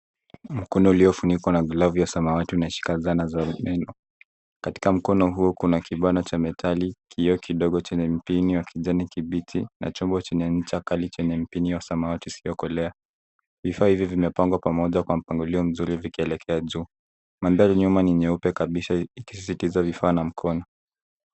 Mkono uliofunikwa na glavu ya samawati unashika zana za meno. Katika mkono huu kuna kibada cha metali, kioo kidogo chenye mpini wa kijani kibichi na chombo chenye ncha kali chenye mpini wa samawati usiokolea. Vifaa hivi vimepangwa pamoja kwa mpangilio mzuri vikielekea juu. Mandhari nyuma ni nyeupe kabisa ikisisitiza vifaa na mkono.